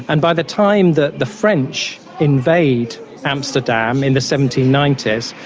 and by the time that the french invade amsterdam in the seventeen ninety s,